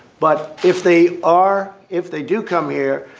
but if they are if they do come here,